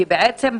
בעצם,